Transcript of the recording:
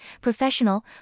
professional